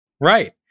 Right